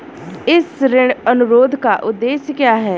इस ऋण अनुरोध का उद्देश्य क्या है?